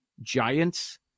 Giants